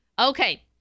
Okay